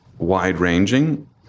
wide-ranging